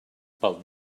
pel